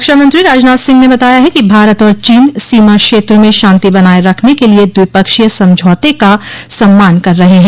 रक्षामंत्री राजनाथ सिंह ने बताया है कि भारत और चीन सीमा क्षेत्र में शांति बनाये रखने के लिए द्विपक्षीय समझौते का सम्मान कर रहे हैं